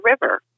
River